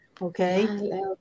Okay